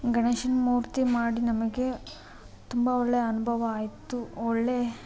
ಗಣೇಶನ ಮೂರ್ತಿ ಮಾಡಿ ನಮಗೆ ತುಂಬ ಒಳ್ಳೆಯ ಅನುಭವ ಆಯಿತು ಒಳ್ಳೆಯ